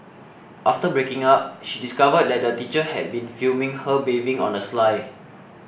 after breaking up she discovered that the teacher had been filming her bathing on the sly